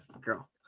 girl